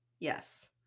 Yes